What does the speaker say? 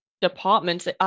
departments